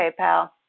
PayPal